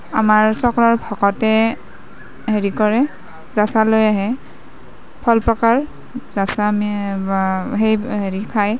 আমাৰ চক্ৰৰ ভকতে হেৰি কৰে লৈ আহে ফল পকল হেৰি খায়